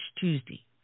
Tuesday